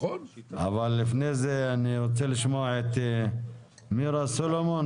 אבל לפני זה אני רוצה לשמוע את מירה סלומון,